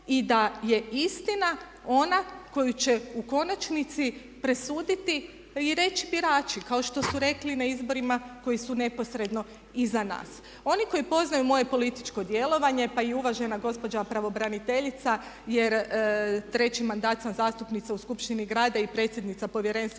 i da je istina ona koju će u konačnici presuditi i reći birači kao što su rekli i na izborima koji su neposredno iza nas. Oni koji poznaju moje političko djelovanje pa i uvažena gospođa pravobraniteljica je treći mandat sam zastupnica u skupštini grada i predsjednica povjerenstva